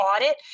audit